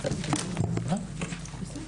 הישיבה ננעלה בשעה 11:00.